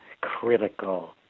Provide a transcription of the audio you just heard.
critical